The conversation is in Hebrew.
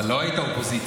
אבל לא היית אופוזיציה.